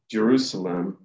Jerusalem